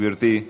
גברתי.